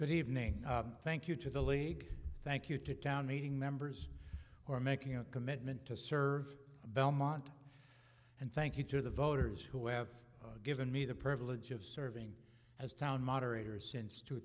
but evening thank you to the league thank you to town meeting members or making a commitment to serve belmont and thank you to the voters who have given me the privilege of serving as town moderators since two